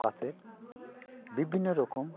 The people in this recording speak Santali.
ᱚᱠᱟᱥᱮᱫ ᱵᱤᱵᱷᱤᱱᱱᱚ ᱨᱚᱠᱚᱢ